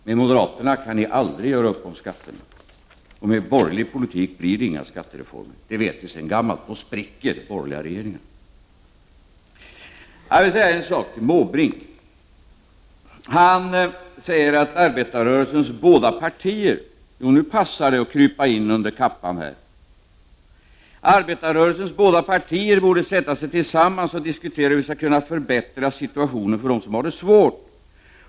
Med moderaterna kan ni aldrig göra upp om skatterna. Med en borgerlig politik blir det inga skattereformer, det vet ni sedan gammalt. Då spricker den borgerliga regeringen. Jag vill säga en sak till Bertil Måbrink. Han säger att arbetarrörelsens båda partier — nu passar det att krypa in under kappan — borde sätta sig ner och tillsammans diskutera hur vi skall kunna förbättra situationen för dem som har det svårt.